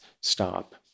stop